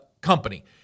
company